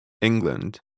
England